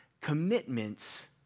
commitments